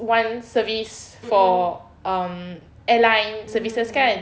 one service for um airline services kan